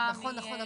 נכון,